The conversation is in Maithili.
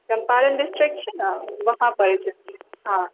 चम्पारण डिस्ट्रिक्ट छै ने वहाँ पड़ैत छै हँ